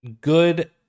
good